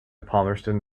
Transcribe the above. palmerston